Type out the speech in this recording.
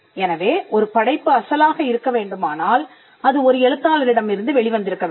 எனவே ஒரு படைப்பு அசலாக இருக்க வேண்டுமானால் அது ஒரு எழுத்தாளரிடம் இருந்து வெளி வந்திருக்க வேண்டும்